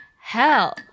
hell